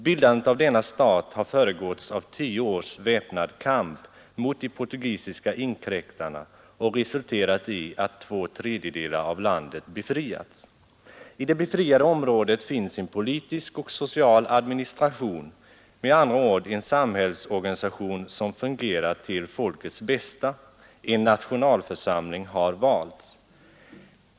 Bildandet av denna stat har föregåtts av tio års väpnad kamp mot de portugisiska inkräktarna och resulterat i att två tredjedelar av landet befriats. I det befriade området finns en politisk och social administration, med andra ord en samhällsorganisation som fungerar till folkets bästa. En nationalförsamling har valts.